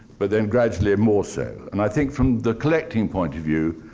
but then gradually more so. and i think, from the collecting point of view,